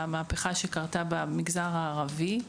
המהפכה שקרתה במגזר הערבי,